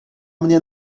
mnie